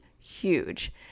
Huge